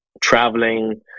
traveling